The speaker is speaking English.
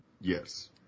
Yes